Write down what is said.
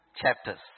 chapters